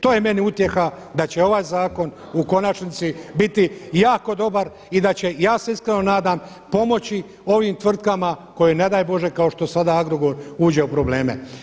To je meni utjeha da će ovaj zakon u konačnici biti jako dobar i da će, ja se iskreno nadam pomoći ovim tvrtkama koje ne daj Bože kao što sada Agrokor uđe u probleme.